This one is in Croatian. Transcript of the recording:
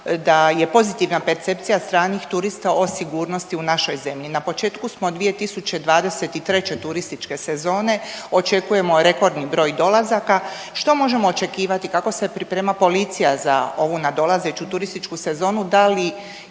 da je pozitivna percepcija stranih turista o sigurnosti u našoj zemlji. Na početku smo 2023. turističke sezone, očekujemo rekordni broj dolazaka. Što možemo očekivati, kako se priprema policija za ovu nadolazeću turističku sezonu,